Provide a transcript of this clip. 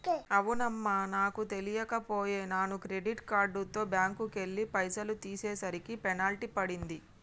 అవునమ్మా నాకు తెలియక పోయే నాను క్రెడిట్ కార్డుతో బ్యాంకుకెళ్లి పైసలు తీసేసరికి పెనాల్టీ పడింది